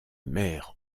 maire